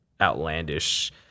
outlandish